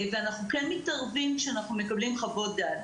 אנחנו כן מתערבים, כשאנחנו מקבלים חוות דעת.